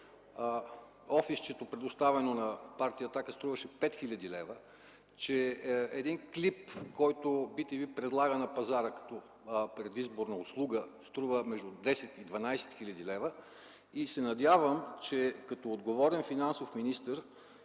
офисчето, предоставено на Партия „Атака”, струваше 5 хил. лв., че един клип, който bTV предлага на пазара като предизборна услуга, струва между 10 и 12 хил. лв. И се надявам, че като отговорен финансов министър